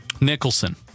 Nicholson